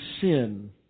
sin